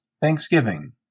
Thanksgiving